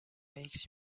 makes